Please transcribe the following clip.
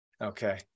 Okay